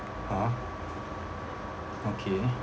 !huh! okay